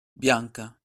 bianca